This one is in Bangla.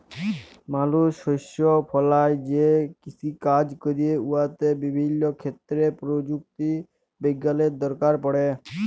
মালুস শস্য ফলাঁয় যে কিষিকাজ ক্যরে উয়াতে বিভিল্য ক্ষেত্রে পরযুক্তি বিজ্ঞালের দরকার পড়ে